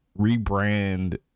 rebrand